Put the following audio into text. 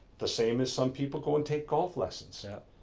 the same as some people go and take golf lessons. yep.